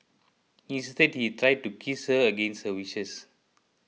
instead he tried to kiss her against her wishes